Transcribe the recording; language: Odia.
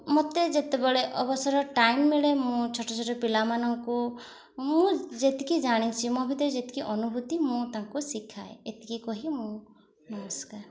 ମୋତେ ଯେତେବେଳେ ଅବସର ଟାଇମ୍ ମିଳେ ମୁଁ ଛୋଟ ଛୋଟ ପିଲାମାନଙ୍କୁ ମୁଁ ଯେତିକି ଜାଣିଛି ମୋ ଭିତରେ ଯେତିକି ଅନୁଭୂତି ମୁଁ ତାଙ୍କୁ ଶିଖାଏ ଏତିକି କହି ମୁଁ ନମସ୍କାର